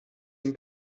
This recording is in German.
den